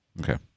Okay